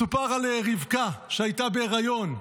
מסופר על רבקה שהייתה בהיריון.